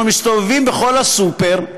אנחנו מסתובבים בכל הסופר,